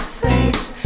face